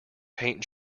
paint